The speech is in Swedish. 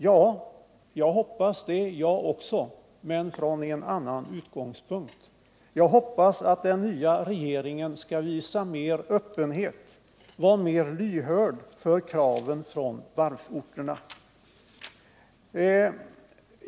Ja, jag hoppas det jag också men från en annan utgångspunkt. Jag hoppas att den nya regeringen skall visa mer öppenhet och vara mer lyhörd för kraven från varvsorterna.